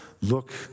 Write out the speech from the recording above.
Look